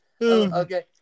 Okay